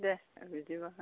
दे बिदिबा